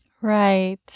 Right